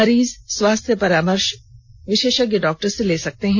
मरीज स्वास्थ्य परामर्श विशेषज्ञ डॉक्टरों से ले सकते हैं